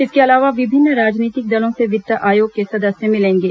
इसके अलावा विभिन्न राजनितिक दलों से वित्त आयोग के सदस्य मिलेंगे